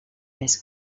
més